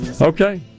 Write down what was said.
Okay